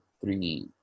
three